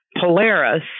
Polaris